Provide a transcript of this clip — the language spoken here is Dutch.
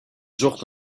zocht